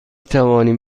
توانیم